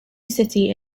city